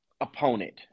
opponent